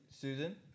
Susan